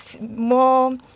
more